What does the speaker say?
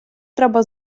треба